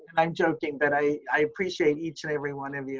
i'm joking, but i, i appreciate each and every one of you,